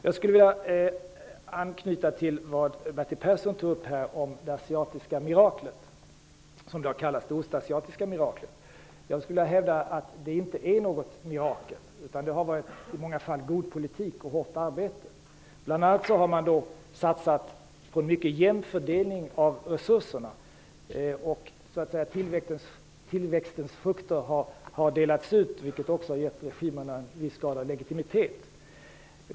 Jag skulle vilja anknyta till det som Bertil Persson tog upp om det ostasiatiska miraklet, som det har kallats. Jag skulle vilja hävda att det inte är något mirakel. Det har i många fall varit resultat av god politik och hårt arbete. Bl.a. har man satsat på en mycket jämn fördelning av resurserna. Tillväxtens frukter har delats ut, vilket också har givit regimerna en viss grad av legitimitet.